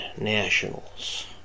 Nationals